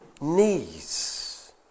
knees